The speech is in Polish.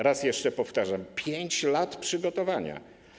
Raz jeszcze powtarzam: 5 lat przygotowania.